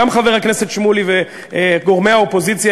גם חבר הכנסת שמולי וגורמי האופוזיציה